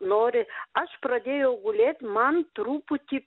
nori aš pradėjau gulėt man truputį